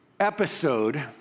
episode